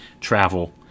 travel